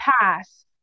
pass